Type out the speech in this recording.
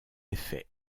effets